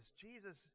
Jesus